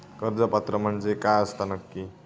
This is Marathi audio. कर्ज पात्र म्हणजे काय असता नक्की?